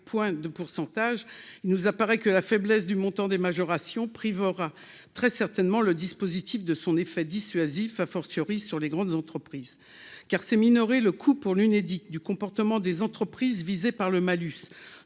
point de pourcentage, il nous apparaît que la faiblesse du montant des majorations privera aura très certainement le dispositif de son effet dissuasif, a fortiori sur les grandes entreprises car c'est minorer le coût pour l'Unédic du comportement des entreprises visées par le malus,